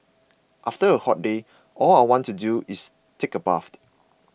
after a hot day all I want to do is take a bath